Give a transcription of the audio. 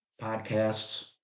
podcasts